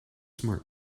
smart